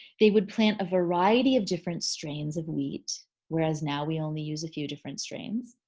they would plant a variety of different strains of wheat whereas now we only use a few different strains.